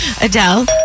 Adele